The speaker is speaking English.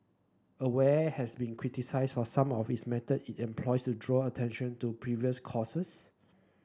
aware has been criticised for some of is methods it employs to draw attention to previous causes